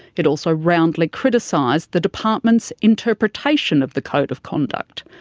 it also roundly criticised the department's interpretation of the code of conduct,